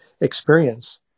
experience